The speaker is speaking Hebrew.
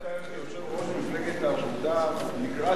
אתה נאמת כאן כיושב-ראש מפלגת העבודה לקראת,